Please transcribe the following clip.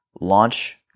launch